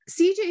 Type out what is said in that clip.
CJ